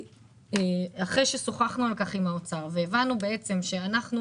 אחרי ששוחחנו על כך עם האוצר והבנו שאנחנו